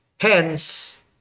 Hence